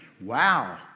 Wow